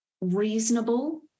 reasonable